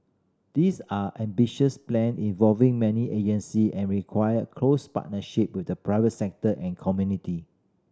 these are ambitious plan involving many agency and require close partnership with the private sector and community